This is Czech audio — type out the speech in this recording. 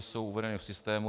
Jsou uvedeny v systému.